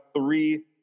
three